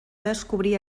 descobrir